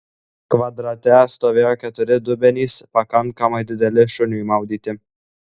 kvadrate stovėjo keturi dubenys pakankamai dideli šuniui maudyti